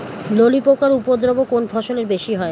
ললি পোকার উপদ্রব কোন ফসলে বেশি হয়?